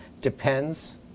depends